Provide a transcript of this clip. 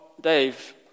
Dave